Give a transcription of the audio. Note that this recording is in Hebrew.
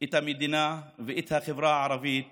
את המדינה ואת החברה הערבית